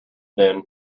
then